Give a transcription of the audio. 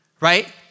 right